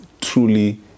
truly